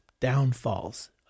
downfalls